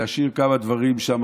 להשאיר כמה דברים שם,